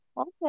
Okay